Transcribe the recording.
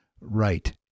right